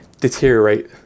deteriorate